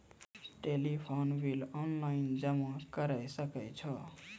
Telephone bill online जमा करै सकै छौ?